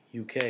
UK